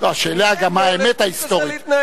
השאלה היא גם מה האמת ההיסטורית.